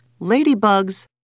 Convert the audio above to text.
ladybugs